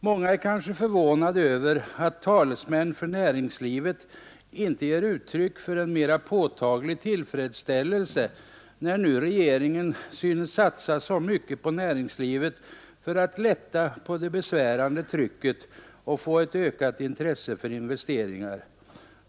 Många är kanske förvånade över att talesmän för näringslivet inte ger uttryck för en mera påtaglig tillfredsställelse, när nu regeringen synes satsa så mycket på näringslivet för att lätta på det besvärande trycket och få ett ökat intresse för investeringar.